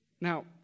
Now